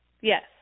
Yes